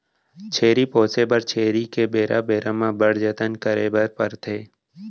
छेरी पोसे बर छेरी के बेरा बेरा म बड़ जतन करे बर परथे